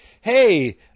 Hey